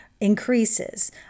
increases